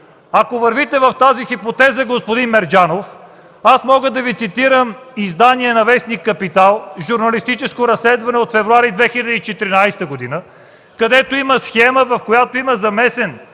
Ако вървите в тази хипотеза, господин Мерджанов, аз мога да Ви цитирам издание на в. „Капитал”, журналистическо разследване от февруари 2014 г., където има схема, в която схема